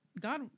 God